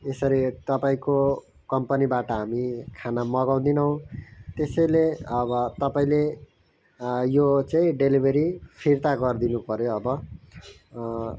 यसरी तपाईँको कम्पनीबाट हामी खाना मगाउदैनौँ त्यसैले अब तपाईँले यो चाहिँ डेलिभरी फिर्ता गरिदिनु पऱ्यो अब